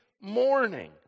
morning